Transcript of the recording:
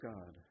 God